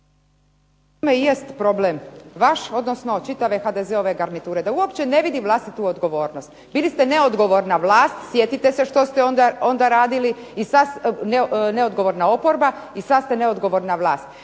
u tome i jest problem vaš, odnosno čitave HDZ-ove garniture, da uopće ne vidi vlastitu odgovornost. Bili ste neodgovorna vlast. Sjetite se što ste onda radili i sad, neodgovorna oporba i sad ste neodgovorna vlast.